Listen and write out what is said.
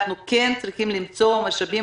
אנחנו כן צריכים למצוא משאבים,